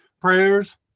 prayers